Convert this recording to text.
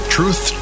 Truth